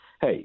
Hey